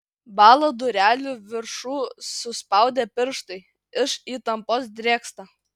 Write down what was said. bąla durelių viršų suspaudę pirštai iš įtampos drėgsta